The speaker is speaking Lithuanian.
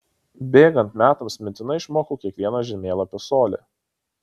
bėgant metams mintinai išmokau kiekvieną žemėlapio colį